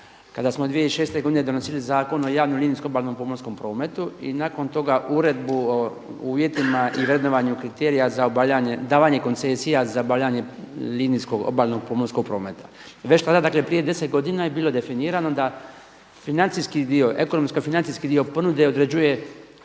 kada smo 2006. donosili Zakon o javnom linijskom obalnom pomorskom prometu i nakon toga Uredbu o uvjetima i vrednovanju kriterija za davanje koncesija za obavljanje linijskog obalnog pomorskog prometa. I već tada dakle prije 10 godina je bilo definirano da financijski dio, ekonomsko-financijski dio ponude određuje